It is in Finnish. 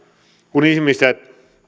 kun ihmiset